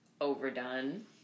overdone